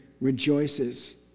rejoices